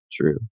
true